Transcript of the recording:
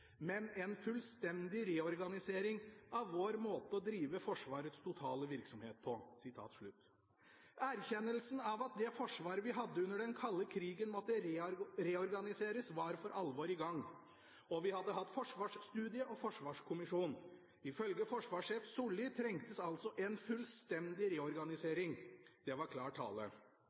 men en fullstendig reorganisering av vår måte å drive Forsvarets totale virksomhet på.» Erkjennelsen av at det Forsvaret vi hadde under den kalde krigen måtte reorganiseres, var for alvor i gang, og vi hadde hatt forsvarsstudie og forsvarskommisjon. Ifølge forsvarssjef Solli trengtes altså en «fullstendig reorganisering». Det var klar tale!